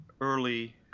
early